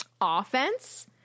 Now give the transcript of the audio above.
offense